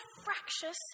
fractious